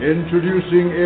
Introducing